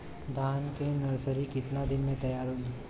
धान के नर्सरी कितना दिन में तैयार होई?